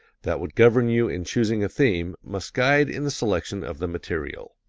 that would govern you in choosing a theme must guide in the selection of the material.